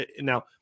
now